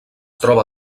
troba